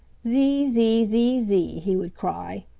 zee, zee, zee, zee! he would cry.